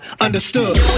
Understood